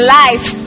life